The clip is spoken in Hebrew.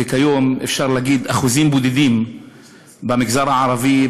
וכיום אפשר להגיד שאחוזים בודדים במגזר הערבי,